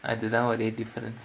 அதுதான் ஒரே:athuthaan orae difference